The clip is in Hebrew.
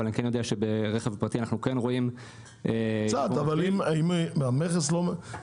אבל אני יודע שברכב פרטי אנחנו כן רואים יבוא מקביל.